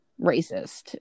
racist